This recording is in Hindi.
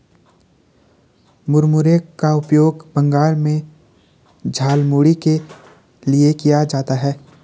मुरमुरे का उपयोग बंगाल में झालमुड़ी के लिए किया जाता है